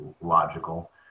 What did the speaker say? logical